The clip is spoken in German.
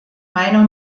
meiner